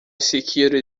security